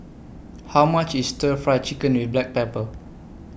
How much IS Stir Fry Chicken with Black Pepper